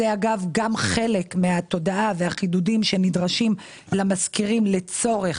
זה אגב גם חלק מהתודעה והחידודים שנדרשים למזכירים לצורך